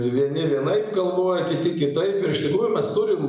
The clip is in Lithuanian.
vieni vienaip galvoja kiti kitaip ir iš tikrųjų mes turim